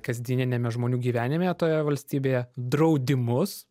kasdieniniame žmonių gyvenime toje valstybėje draudimus